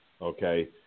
okay